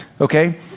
okay